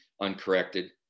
uncorrected